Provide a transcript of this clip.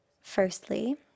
Firstly